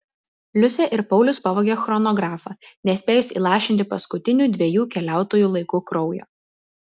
liusė ir paulius pavogė chronografą nespėjus įlašinti paskutinių dviejų keliautojų laiku kraujo